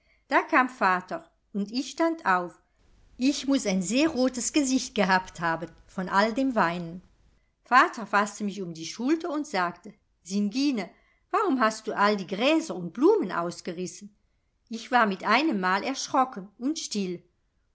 da kam vater und ich stand auf ich muß ein sehr rotes gesicht gehabt haben von all dem weinen vater faßte mich um die schulter und sagte singine warum hast du all die gräser und blumen ausgerissen ich war mit einem mal erschrocken und still